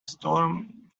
storm